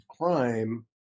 crime